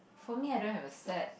for me I don't have a sad